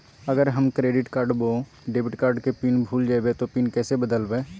अगर हम क्रेडिट बोया डेबिट कॉर्ड के पिन भूल जइबे तो पिन कैसे बदलते?